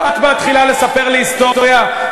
את מתחילה לספר לי היסטוריה,